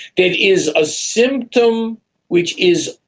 it is a symptom which is,